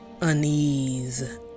unease